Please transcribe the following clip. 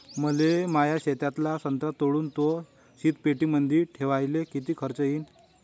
मले माया शेतातला संत्रा तोडून तो शीतपेटीमंदी ठेवायले किती खर्च येईन?